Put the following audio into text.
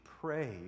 pray